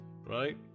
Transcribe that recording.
right